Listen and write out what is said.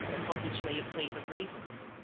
upon which lay a plate of raisins,